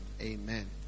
Amen